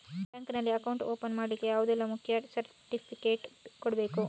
Bank ನಲ್ಲಿ account open ಮಾಡ್ಲಿಕ್ಕೆ ಯಾವುದೆಲ್ಲ ಮುಖ್ಯ ಸರ್ಟಿಫಿಕೇಟ್ ಕೊಡ್ಬೇಕು?